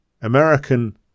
American